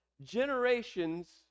generations